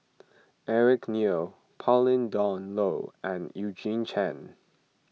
Eric Neo Pauline Dawn Loh and Eugene Chen